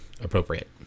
appropriate